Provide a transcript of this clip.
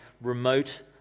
remote